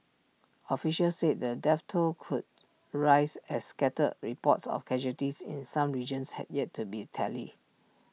officials said the death toll could rise as scattered reports of casualties in some regions had yet to be tallied